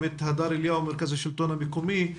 גם את הדר אליהו ממרכז השלטון המקומי,